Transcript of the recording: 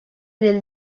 del